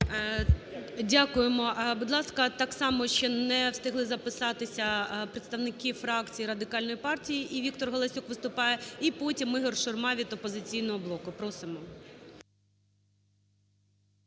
Дякуємо. Будь ласка, так само ще не встигли записатися представники фракції Радикальної партії. І Віктор Галасюк виступає, і потім Ігор Шурма від "Опозиційного блоку". Просимо.